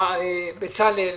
בצלאל.